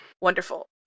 Wonderful